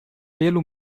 pelo